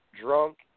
drunk